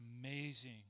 amazing